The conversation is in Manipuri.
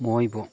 ꯃꯣꯏꯕꯨ